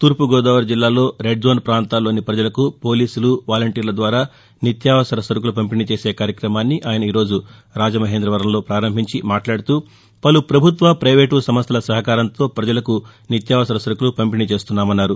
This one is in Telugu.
తూర్పుగోదావరి జిల్లాలో రెడ్ జోన్ పాంతాల్లోని పజలకు పోలీసులు వాలంటీర్ల ద్వారా నిత్యావసర సరుకులు పంపిణి చేసే కార్యక్రమాన్ని ఆయన ఈరోజు రాజమహేంద్రవరంలో పారంభించి మాట్లాడుతూ పలు ప్రభుత్వ పైవేటు సంస్టల సహకారంతో పజలకు నిత్యావసర సరుకులు పంపిణీ చేస్తున్నామన్నారు